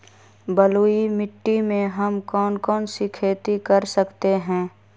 बलुई मिट्टी में हम कौन कौन सी खेती कर सकते हैँ?